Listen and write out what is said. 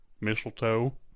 mistletoe